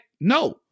no